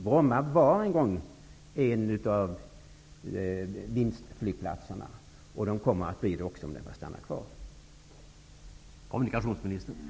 Bromma var en gång en av vinstflygplatserna, och den kommer, om den får vara kvar, att bli det även i framtiden.